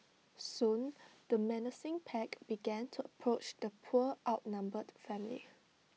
soon the menacing pack began to approach the poor outnumbered family